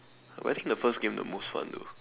but I think the first game the most fun though